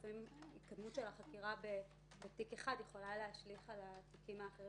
לפעמים ההתקדמות של החקירה בתיק אחד יכולה להשליך על התיקים האחרים.